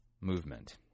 Movement